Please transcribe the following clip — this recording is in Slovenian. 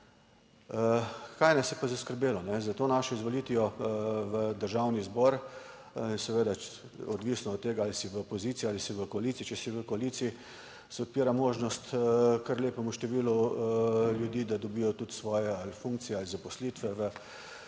Kaj nas je pa zaskrbelo? Za to našo izvolitvijo v Državni zbor, je seveda odvisno od tega ali si v opoziciji ali si v koaliciji. Če si v koaliciji se odpira možnost kar lepemu številu ljudi, da dobijo tudi svoje funkcije ali zaposlitve